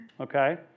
okay